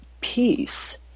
peace